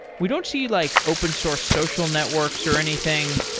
we don't see like open source social networks or anything.